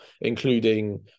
including